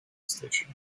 station